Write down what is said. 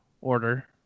order